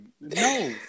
no